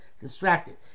distracted